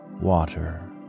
water